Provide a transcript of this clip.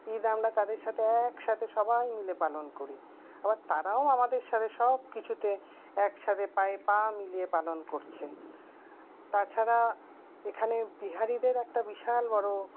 ঈদ আমরা তাদের সাথে একসাথে সবাই মিলে পালন করি আবার তারাও আমাদের সাথে সব কিছুতে একসাথে পায়ে পা মিলিয়ে পালন করছে তাছাড়া এখানে বিহারিদের একটা বিশাল বড়ো